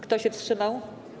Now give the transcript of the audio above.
Kto się wstrzymał?